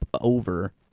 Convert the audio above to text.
over